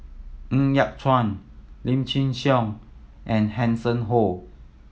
Ng Yat Chuan Lim Chin Siong and Hanson Ho